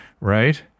right